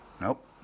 Nope